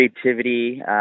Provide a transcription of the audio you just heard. creativity